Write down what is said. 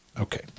Okay